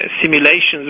simulations